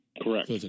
Correct